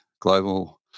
global